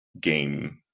game